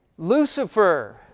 Lucifer